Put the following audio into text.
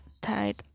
tied